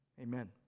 amen